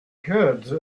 heard